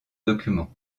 documents